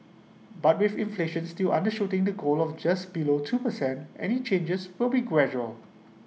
but with inflation still undershooting the goal of just below two percent any changes will be gradual